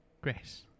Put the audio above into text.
Grace